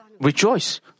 rejoice